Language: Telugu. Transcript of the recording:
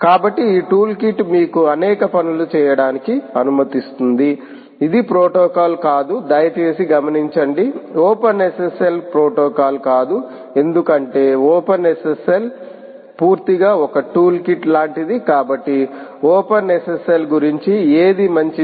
కాబట్టి ఈ టూల్ కిట్ మీకు అనేక పనులు చేయడానికి అనుమతిస్తుంది ఇది ప్రోటోకాల్ కాదు దయచేసి గమనించండి ఓపెన్ఎస్ఎస్ఎల్ ప్రోటోకాల్ కాదు ఎందుకంటే ఓపెన్ఎస్ఎస్ఎల్ పూర్తిగా ఒక టూల్కిట్ లాంటిది కాబట్టి ఓపెన్ఎస్ఎస్ఎల్ గురించి ఏది మంచిది